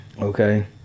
Okay